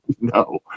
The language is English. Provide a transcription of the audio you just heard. No